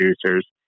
producers